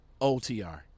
OTR